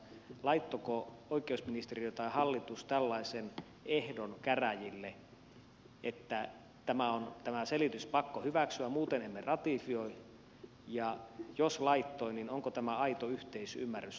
laittoiko oikeusministeriö tai hallitus tällaisen ehdon käräjille että tämä selitys on pakko hyväksyä muuten emme ratifioi ja jos laittoi niin onko tämä aito yhteisymmärrys asiasta